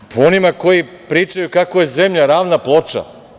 Po njima, po onima koji pričaju kako je zemlja ravna ploča…